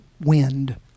wind